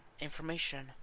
information